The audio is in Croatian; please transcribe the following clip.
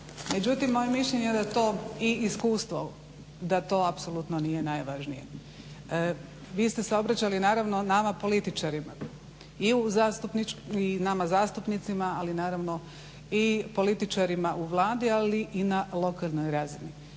Međutim moje mišljenje i iskustvo je da to apsolutno nije najvažnije. Vi ste se obraćali nama političarima i nama zastupnicima ali naravno i političarima u Vladi ali i na lokalnoj razini.